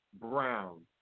brown